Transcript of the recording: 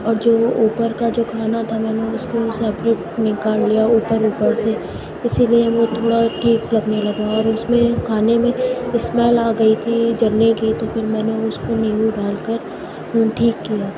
اور جو وہ اوپر کا جو کھانا تھا میں نے اس کو سپریٹ نکال لیا اوپر اوپر سے اسی لیے وہ تھوڑا ٹھیک لگنے لگا اور اس میں کھانے میں اسمیل آ گئی تھی جلنے کی تو پھر میں نے اس کو نیمبو ڈال کر وہ ٹھیک کیا